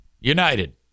United